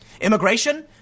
Immigration